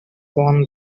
won